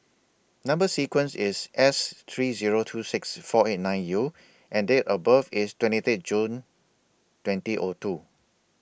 Number sequence IS S three Zero two six four eight nine U and Date of birth IS twenty three June twenty O two